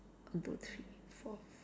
one two three four